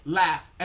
laugh